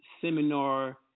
seminar